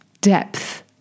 depth